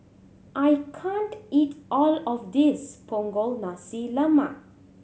I can't eat all of this Punggol Nasi Lemak